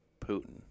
Putin